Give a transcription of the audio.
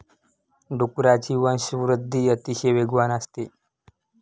डुकरांची वंशवृद्धि अतिशय वेगवान असते